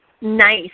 Nice